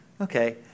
Okay